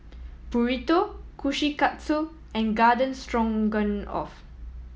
Burrito Kushikatsu and Garden Stroganoff